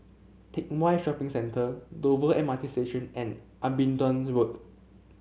Teck Whye Shopping Centre Dover M R T Station and Abingdon Road